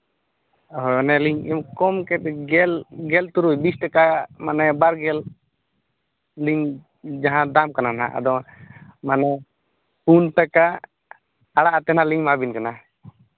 ᱦᱳᱭ ᱚᱱᱮᱞᱤᱧ ᱠᱚᱢ ᱠᱮᱫ ᱜᱮᱞ ᱜᱮᱞ ᱛᱩᱨᱩᱭ ᱵᱤᱥ ᱴᱟᱠᱟ ᱢᱟᱱᱮ ᱵᱟᱨᱜᱮᱞ ᱞᱤᱧ ᱡᱟᱦᱟᱸ ᱫᱟᱢ ᱠᱟᱱᱟ ᱱᱟᱦᱟᱸᱜ ᱟᱫᱚ ᱢᱟᱱᱮ ᱯᱩᱱ ᱴᱟᱞᱟ ᱟᱲᱟᱜ ᱠᱟᱛᱮᱫ ᱞᱤᱧ ᱮᱢᱟ ᱵᱤᱱ ᱠᱟᱱᱟ